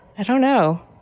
i don't know.